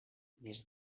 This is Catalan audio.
més